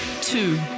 Two